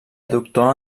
doctor